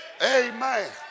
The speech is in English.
Amen